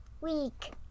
week